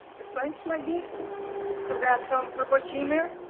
ah sponge like this to grab some purple shimmer